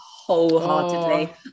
wholeheartedly